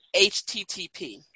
HTTP